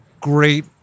great